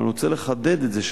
אני רוצה לחדד את זה.